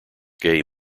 gay